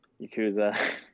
Yakuza